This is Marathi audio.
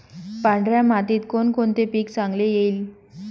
पांढऱ्या मातीत कोणकोणते पीक चांगले येईल?